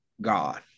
God